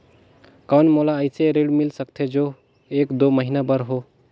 कौन मोला अइसे ऋण मिल सकथे जो एक दो महीना बर हो?